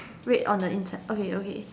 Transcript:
red on the in okay okay